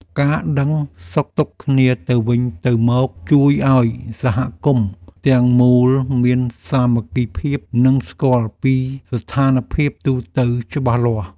ការដឹងសុខទុក្ខគ្នាទៅវិញទៅមកជួយឱ្យសហគមន៍ទាំងមូលមានសាមគ្គីភាពនិងស្គាល់ពីស្ថានភាពទូទៅច្បាស់លាស់។